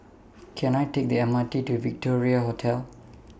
Can I Take The M R T to Victoria Hotel